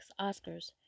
Oscars